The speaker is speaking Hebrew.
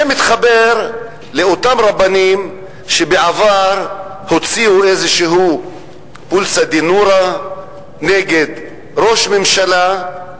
זה מתחבר לאותם רבנים שבעבר הוציאו איזה "פולסא דנורא" נגד ראש ממשלה,